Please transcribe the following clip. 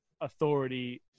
authority